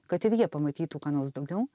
kad ir jie pamatytų ką nors daugiau